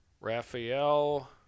Raphael